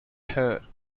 her